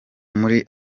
muri